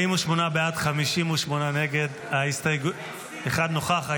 48 בעד, 58 נגד, אחד נוכח.